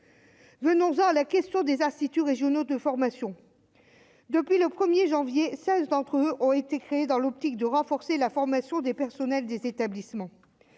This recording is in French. venons-en à la question des instituts régionaux de formation depuis le 1er janvier 16 d'entre eux ont été créés dans l'optique de renforcer la formation des personnels des établissements,